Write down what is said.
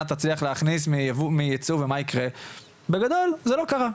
תוכל להכניס מהייצוא ומה יקרה ובגדול זה לא קרה.